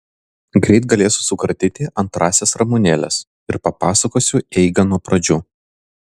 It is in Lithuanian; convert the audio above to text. greit galėsiu sukratyti antrąsias ramunėles ir papasakosiu eigą nuo pradžių